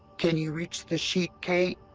can you reach the sheet, kate?